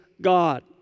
God